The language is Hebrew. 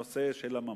הנושא של הממון,